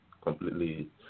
completely